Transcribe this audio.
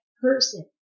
person